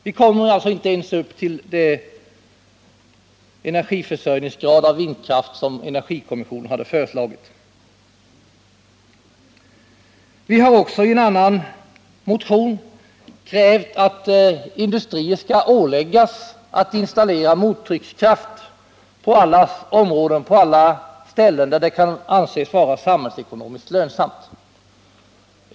Vi kommer alltså inte ens upp till den energiförsörjningsgrad av vindkraft som energikommissionen hade föreslagit. Vi har också i en annan motion krävt att industrin skall åläggas att installera mottryckskraft på alla ställen där det kan anses vara samhällsekonomiskt lönsamt.